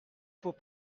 faut